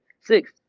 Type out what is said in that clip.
Six